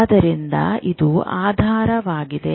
ಆದ್ದರಿಂದ ಇದು ಆಧಾರವಾಗಿದೆ